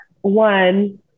one